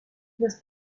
los